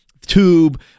tube